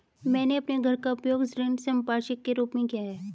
मैंने अपने घर का उपयोग ऋण संपार्श्विक के रूप में किया है